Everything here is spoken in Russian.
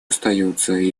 остаются